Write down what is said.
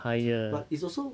but it's also